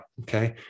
okay